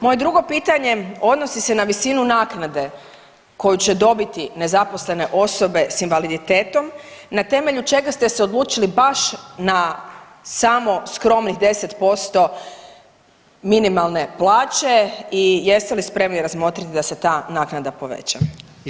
Moje drugo pitanje odnosi se na visinu naknade koju će dobiti nezaposlene osobe s invaliditetom, na temelju čega ste se odlučili baš na samo skromnih 10% minimalne plaće i jeste li spremni razmotriti da se ta naknada poveća?